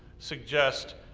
suggest,